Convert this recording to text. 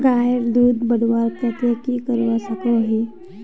गायेर दूध बढ़वार केते की करवा सकोहो ही?